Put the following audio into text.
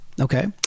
Okay